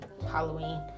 Halloween